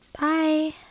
Bye